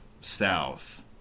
south